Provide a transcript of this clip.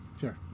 Sure